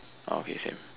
okay same